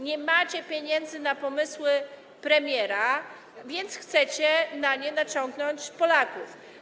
Nie macie pieniędzy na pomysły premiera, więc chcecie na nie naciągnąć Polaków.